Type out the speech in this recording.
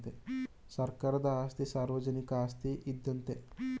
ಸರ್ಕಾರದ ಆಸ್ತಿ ಸಾರ್ವಜನಿಕ ಆಸ್ತಿ ಇದ್ದಂತೆ